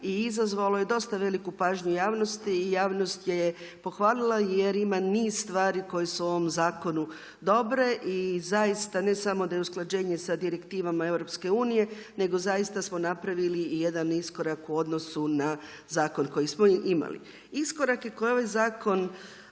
i izazvalo je dosta veliku pažnju javnosti i javnost je pohvalila jer ima niz stvari koje su u ovom zakonu dobre. I zaista ne samo da je usklađenje sa direktivama EU nego zaista smo napravili i jedan iskorak u odnosu na zakon koji smo imali. Iskorake koje je ovaj zakon